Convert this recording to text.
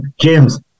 James